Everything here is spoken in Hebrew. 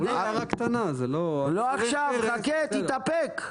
זאת הערה קטנה, זה לא --- לא עכשיו, חכה, תתאפק.